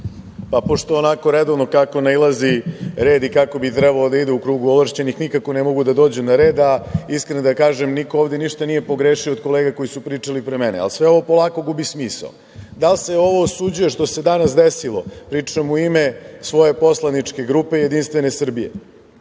Pa pošto onako redovno kako nailazi red i kako bi trebao da ide u krugu ovlašćenih nikako ne mogu da dođu na red, a iskreno da kažem niko ovde ništa nije pogrešio od kolega koji su pričali pre mene. Ali, sve ovo polako gubi smisao. Da li se ovo osuđuje što se danas desilo, pričam u ime svoje poslaničke grupe JS, da li